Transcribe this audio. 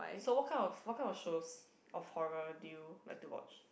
so what kind of what kind of shows of horror do you like to watch